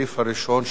שם אין הסתייגויות.